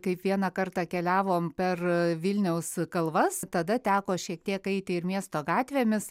kaip vieną kartą keliavom per vilniaus kalvas tada teko šiek tiek eiti ir miesto gatvėmis